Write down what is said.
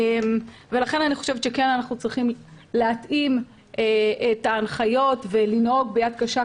לכן אני חושבת שאנחנו צריכים להתאים את ההנחיות ולנהוג ביד קשה,